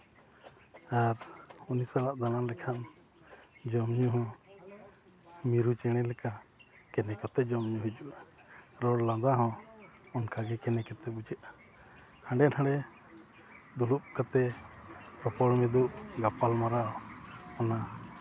ᱟᱨ ᱚᱱᱠᱟᱱᱟᱜ ᱫᱟᱬᱟ ᱞᱮᱠᱷᱟᱱ ᱡᱚᱢᱼᱧᱩᱦᱚᱸ ᱢᱤᱨᱩ ᱪᱮᱬᱮ ᱞᱮᱠᱟ ᱠᱮᱱᱮ ᱠᱚᱛᱮ ᱡᱚᱢᱼᱧᱩ ᱦᱩᱭᱩᱜᱼᱟ ᱨᱚᱲ ᱞᱟᱸᱫᱟ ᱦᱚᱸ ᱚᱱᱠᱟᱜᱮ ᱠᱮᱱᱮ ᱠᱚᱛᱮ ᱵᱩᱡᱷᱟᱹᱜᱼᱟ ᱦᱟᱸᱰᱮ ᱱᱟᱸᱰᱮ ᱫᱩᱲᱩᱵ ᱠᱟᱛᱮᱫ ᱨᱚᱯᱚᱲ ᱢᱤᱫᱩᱜ ᱜᱟᱯᱟᱞᱢᱟᱨᱟᱣ ᱮᱱᱟ